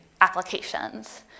applications